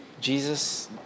Jesus